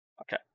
Okay